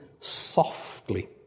softly